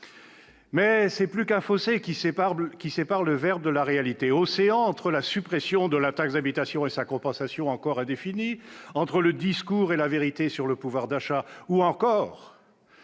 cependant plus qu'un fossé qui sépare le verbe de la réalité. Il y a un océan entre la suppression de la taxe d'habitation et sa compensation encore indéfinie, entre le discours et la vérité sur le pouvoir d'achat ou sur